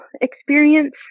experience